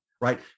right